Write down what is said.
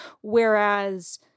Whereas